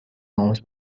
norms